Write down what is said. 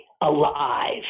alive